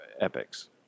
Epics